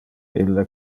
ille